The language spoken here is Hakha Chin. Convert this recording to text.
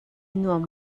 nuam